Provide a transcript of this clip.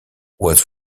was